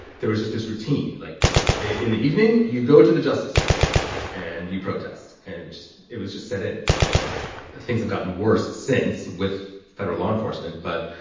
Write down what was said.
there was just this routine, like in the evening you go to the justice center and you protest and it just it was just set in. and things have gotten worse since. with federal law enforcement. but